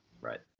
Right